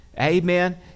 Amen